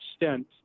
extent